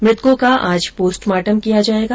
मृतकों का आज पोस्टमार्टम किया जाएगा